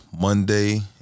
Monday